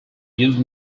used